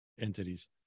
entities